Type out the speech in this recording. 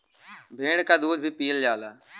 भेड़ क दूध भी पियल जाला